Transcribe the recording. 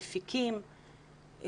מפיקים,